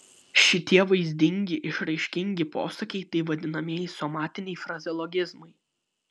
šitie vaizdingi išraiškingi posakiai tai vadinamieji somatiniai frazeologizmai